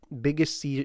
biggest